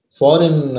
foreign